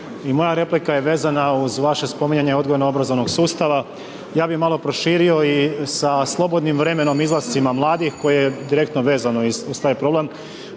moja replika je vezana uz vaše spominjanje odgojno-obrazovnog sustava, ja bi malo proširio i sa slobodnim vremenom, izlascima mladih koje je direktno vezano uz taj problem,